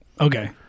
Okay